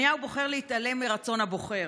נתניהו בוחר להתעלם מרצון הבוחר.